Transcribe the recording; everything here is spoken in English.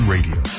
Radio